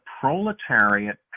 proletariat